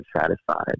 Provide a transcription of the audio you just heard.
satisfied